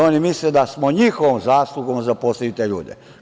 Oni misle da smo njihovom zaslugom zaposlili te ljude.